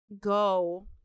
go